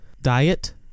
diet